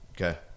Okay